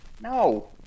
No